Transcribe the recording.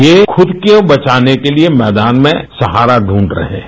ये खुद को बचाने के लिए मैदान में सहारा दूंढ़ रहे हैं